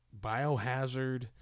biohazard